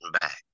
back